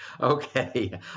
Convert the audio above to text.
Okay